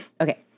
Okay